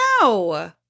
No